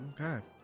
Okay